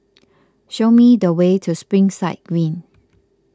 show me the way to Springside Green